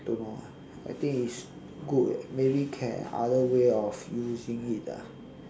don't know ah I think is good eh maybe can other way of using it ah